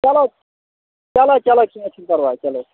چلو چلو چلو کینٛہہ چھنہٕ پَرواے چلو